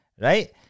right